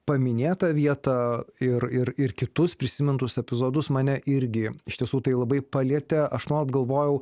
paminėtą vietą ir ir ir kitus prisimintus epizodus mane irgi iš tiesų tai labai palietė aš nuolat galvojau